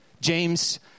James